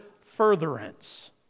furtherance